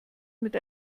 mit